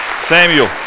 Samuel